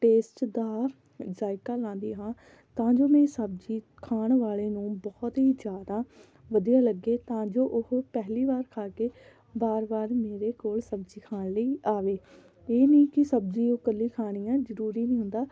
taste ਦਾ ਜ਼ਾਇਕਾ ਲਾਉਂਦੀ ਹਾਂ ਤਾਂ ਜੋ ਮੇਰੀ ਸਬਜ਼ੀ ਖਾਣ ਵਾਲੇ ਨੂੰ ਬਹੁਤ ਹੀ ਜ਼ਿਆਦਾ ਵਧੀਆ ਲੱਗੇ ਤਾਂ ਜੋ ਉਹ ਪਹਿਲੀ ਵਾਰ ਖਾ ਕੇ ਵਾਰ ਵਾਰ ਮੇਰੇ ਕੋਲ ਸਬਜ਼ੀ ਖਾਣ ਲਈ ਆਵੇ ਇਹ ਨਹੀਂ ਕੀ ਸਬਜ਼ੀ ਉਹ ਕੱਲੀ ਖਾਣੀ ਹੈ ਜ਼ਰੂਰੀ ਨਹੀਂ ਹੁੰਦਾ